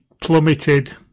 plummeted